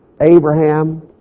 Abraham